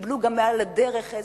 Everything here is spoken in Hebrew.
שקיבלו על הדרך גם